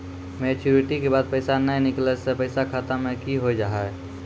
Maturity के बाद पैसा नए निकले से पैसा खाता मे की होव हाय?